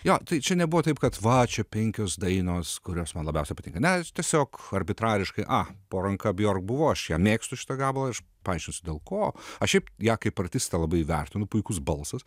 jo tai čia nebuvo taip kad va čia penkios dainos kurios man labiausiai patinka ne tiesiog harbitrariškai a po ranka bjork ar buvo aš ją mėgstu šitą gabalą aš paaiškinsiu dėl ko aš čiaip ją kaip artistę labai vertinu puikus balsas